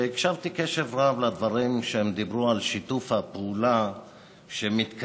והקשבתי בקשב רב לדברים שהם אמרו על שיתוף הפעולה שמתקיים.